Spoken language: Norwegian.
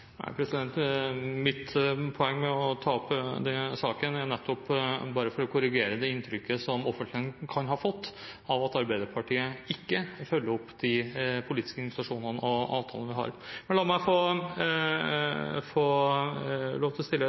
Mitt poeng med å ta opp denne saken er nettopp bare for å korrigere det inntrykket offentligheten kan ha fått av at Arbeiderpartiet ikke vil følge opp de politiske invitasjonene og avtalene vi har. Men la meg få lov til å stille